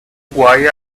why